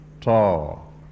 tall